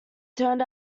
turned